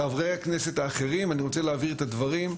חברי הכנסת האחרים, אני רוצה להבהיר את הדברים.